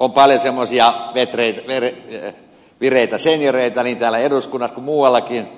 on paljon semmoisia vireitä senioreita niin täällä eduskunnassa kuin muuallakin